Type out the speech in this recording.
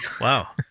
Wow